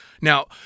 Now